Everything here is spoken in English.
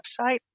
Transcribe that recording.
website